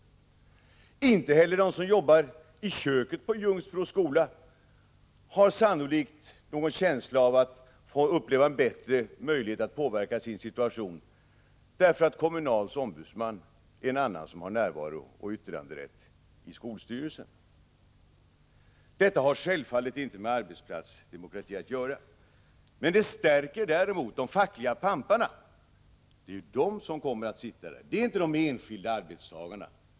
Och de som jobbar i köket på Ljungsbro skola har sannolikt inte heller någon känsla av att de har bättre möjligheter att påverka sin situation, därför att de kommunalanställdas ombudsman har närvarooch yttranderätt i skolstyrelsen. Detta har självfallet inte med arbetsplatsdemokrati att göra. Men det stärker de fackliga pamparnas ställning. Det är de som kommer att sitta där, inte de enskilda arbetstagarna.